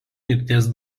mirties